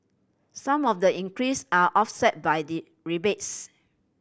some of the increase are offset by the rebates